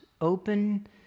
open